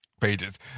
Pages